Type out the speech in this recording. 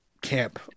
camp